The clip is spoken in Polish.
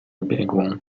zbiegłą